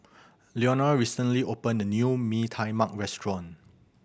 Leonore recently opened a new Mee Tai Mak restaurant